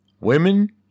Women